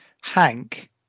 hank